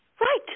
Right